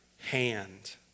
hand